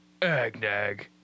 Agnag